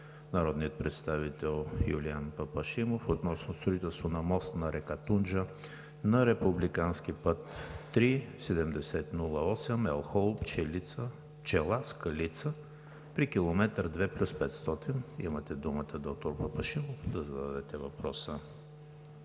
народния представител Юлиан Папашимов относно строителство на мост на река Тунджа на републикански път III-7008 Елхово – Пчела – Скалица при км 2+500. Имате думата, доктор Папашимов, да зададете въпроса.